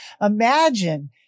Imagine